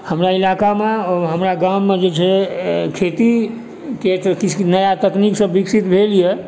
हमरा इलाकामे हमरा गाममे जे छै खेतीके किछु नया तकनीक सब विकसित भेल यऽ